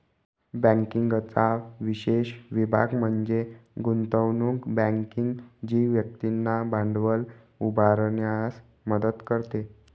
बँकिंगचा विशेष विभाग म्हणजे गुंतवणूक बँकिंग जी व्यक्तींना भांडवल उभारण्यास मदत करते